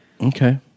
Okay